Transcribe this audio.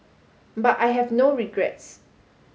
but I have no regrets